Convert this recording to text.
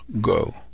go